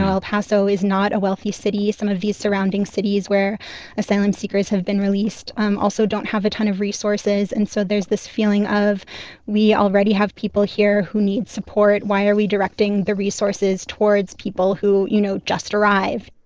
el paso is not a wealthy city. some of these surrounding cities where asylum-seekers have been released um also don't have a ton of resources. and so there's this feeling of we already have people here who need support. why are we directing the resources towards people who, you know, just arrived?